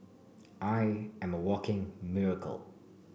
I am a walking miracle